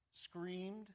screamed